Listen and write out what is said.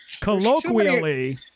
Colloquially